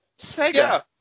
Sega